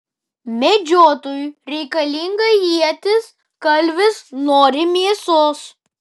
medžiotojui reikalinga ietis kalvis nori mėsos